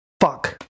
Fuck